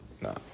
No